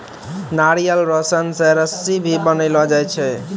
नारियल रो सन से रस्सी भी बनैलो जाय छै